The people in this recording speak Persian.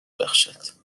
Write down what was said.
بخشد